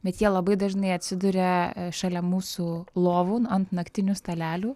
bet jie labai dažnai atsiduria šalia mūsų lovų ant naktinių stalelių